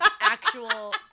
actual